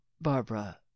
barbara